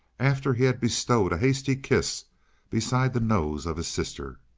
after he had bestowed a hasty kiss beside the nose of his sister.